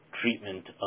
treatment